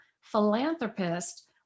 philanthropist